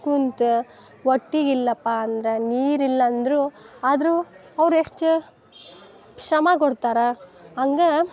ಕುಂತು ಒಟ್ಟಿಗೆ ಇಲ್ಲಪ್ಪ ಅಂದ್ರೆ ನೀರಲ್ಲಿ ಅಂದರೂ ಆದರು ಅವ್ರು ಎಷ್ಟು ಶ್ರಮ ಕೊಡ್ತಾರೆ ಹಂಗೆ